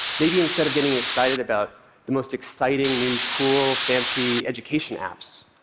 maybe instead of getting excited about the most exciting new cool fancy education apps,